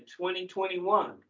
2021